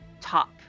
top